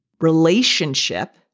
relationship